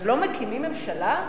אז לא מקימים ממשלה?